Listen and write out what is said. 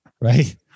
Right